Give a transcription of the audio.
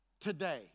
today